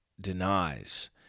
denies